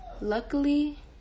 Luckily